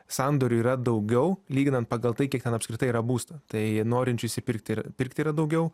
sandorių yra daugiau lyginant pagal tai kiek ten apskritai yra būstų tai norinčių išsipirkti ir pirkt yra daugiau